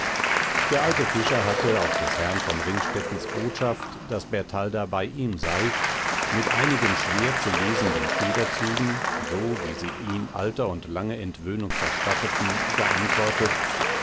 der alte fischer hatte auf des herrn von ringstettens botschaft daß bertalda bei ihm sei mit einigen schwer zu lesenden federzügen so wie sie ihm alter und lange entwöhnung verstatteten geantwortet